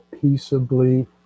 peaceably